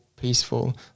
peaceful